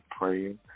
praying